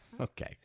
Okay